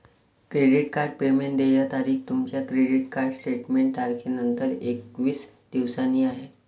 credit card payment देय तारीख तुमच्या क्रेडिट कार्ड स्टेटमेंट तारखेनंतर एकवीस दिवसांनी आहे